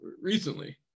recently